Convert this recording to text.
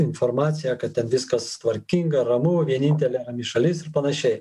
informaciją kad ten viskas tvarkinga ramu vienintelė rami šalis ir panašiai